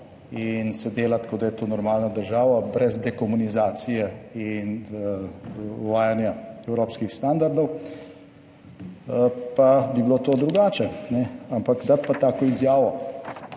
in se delati, kot da je to normalna država brez dekomunizacije in uvajanja evropskih standardov, pa bi bilo to drugače, ampak dati pa tako izjavo